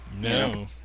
No